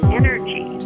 energy